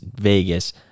Vegas